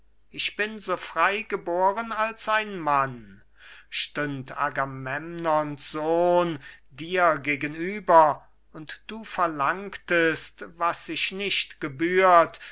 ich bin so frei geboren als ein mann stünd agamemnons sohn dir gegenüber und du verlangtest was sich nicht gebührt